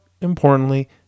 importantly